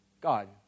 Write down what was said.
God